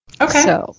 Okay